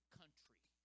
country